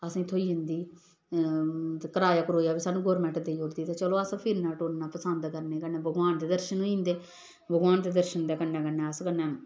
असेंगी थ्होई जंदी ते कराया करूया बी सानूं गौरमेंट देई ओड़दी ते चलो अस फिरना टुरना पसंद करने कन्नै भगवान दे दर्शन होई जंदे भगवान दे दर्शन दे कन्नै कन्नै अस कन्नै